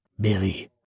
Billy